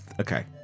okay